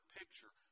picture